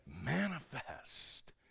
Manifest